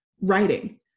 writing